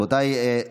הודעת